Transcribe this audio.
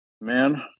man